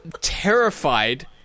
terrified